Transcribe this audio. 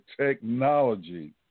technology